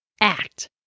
Act